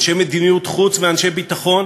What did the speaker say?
אנשי מדיניות חוץ ואנשי ביטחון,